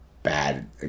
bad